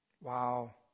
Wow